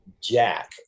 jack